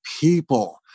people